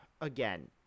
again